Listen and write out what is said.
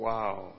Wow